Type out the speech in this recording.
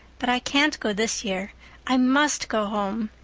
but i can't go this year i must go home.